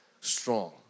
strong